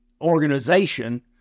organization